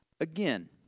again